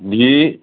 ਜੀ